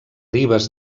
ribes